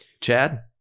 Chad